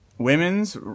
Women's